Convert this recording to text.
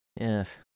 Yes